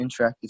interactive